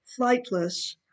Flightless